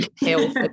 health